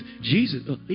Jesus